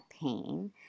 pain